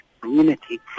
community